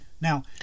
Now